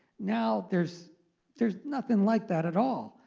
now, there's there's nothing like that at all.